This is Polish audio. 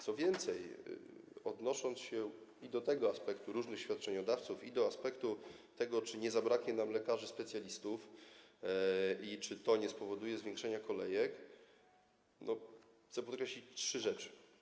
Co więcej, odnosząc się i do tego aspektu dotyczącego różnych świadczeniodawców, i do tego aspektu, czy nie zabraknie nam lekarzy specjalistów i czy to nie spowoduje wydłużenia kolejek, chcę podkreślić trzy rzeczy.